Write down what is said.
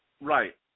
Right